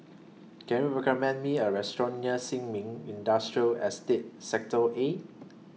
Can YOU recommend Me A Restaurant near Sin Ming Industrial Estate Sector A